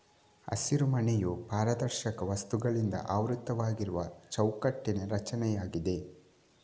ಹಸಿರುಮನೆಯು ಪಾರದರ್ಶಕ ವಸ್ತುಗಳಿಂದ ಆವೃತವಾಗಿರುವ ಚೌಕಟ್ಟಿನ ರಚನೆಯಾಗಿದೆ